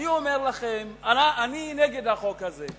אני אומר לכם, אני נגד החוק הזה.